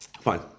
Fine